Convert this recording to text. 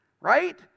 right